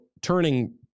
turning